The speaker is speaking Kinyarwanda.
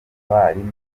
barimu